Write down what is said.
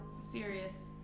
serious